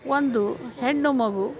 ಒಂದು ಹೆಣ್ಣು ಮಗು